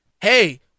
Hey